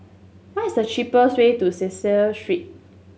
what is the cheapest way to Cecil Street